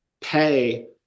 pay